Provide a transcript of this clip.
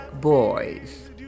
boys